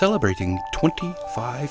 celebrating twenty five